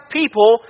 people